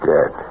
Dead